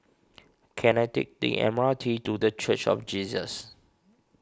can I take the M R T to the Church of Jesus